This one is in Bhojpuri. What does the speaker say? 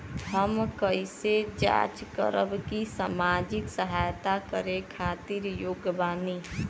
हम कइसे जांच करब की सामाजिक सहायता करे खातिर योग्य बानी?